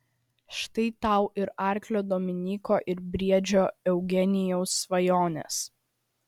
štai tau ir arklio dominyko ir briedžio eugenijaus svajonės